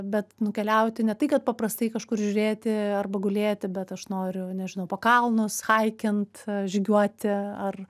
bet nukeliauti ne tai kad paprastai kažkur žiūrėti arba gulėti bet aš noriu nežinau po kalnus haikint žygiuoti ar